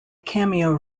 cameo